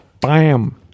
bam